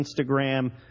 Instagram